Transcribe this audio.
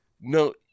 No